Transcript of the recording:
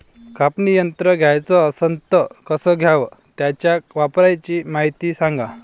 कापनी यंत्र घ्याचं असन त कस घ्याव? त्याच्या वापराची मायती सांगा